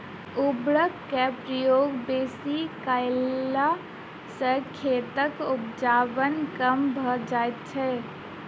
उर्वरकक प्रयोग बेसी कयला सॅ खेतक उपजाउपन कम भ जाइत छै